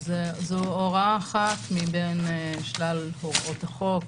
זו הוראה אחת מבין שלל הוראות החוק,